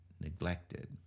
neglected